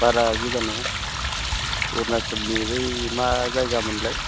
बारा गोजान नङा अरुनाचलनि बै मा जायगामोनलाय